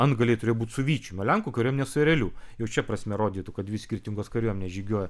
antgaliai turėjo būti su vyčiu lenkų kariuomenė su ereliu jau šia prasme rodytų kad dvi skirtingos kariuomenės žygiuoja